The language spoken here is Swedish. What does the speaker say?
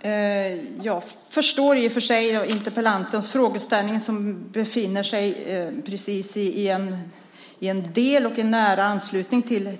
Herr talman! Jag förstår i och för sig interpellantens frågeställning. Den befinner sig i en del i en nära anslutning till